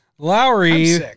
Lowry